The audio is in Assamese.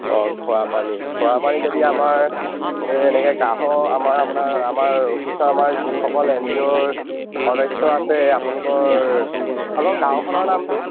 অঁ খোৱা পানী খোৱা পানী যদি আমাৰ এ এনেকে গাঢ় আমাৰ আপোনাৰ আমাৰ অফিচৰ আমাৰ যিসকল এন জি অ' ৰ সদস্য আছে আপোনলোকৰ আপোনলোকৰ গাঁওখনৰ নামটো